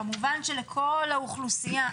כמובן שלכל האוכלוסייה,